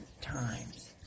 times